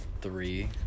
three